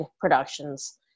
productions